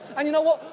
and you know what?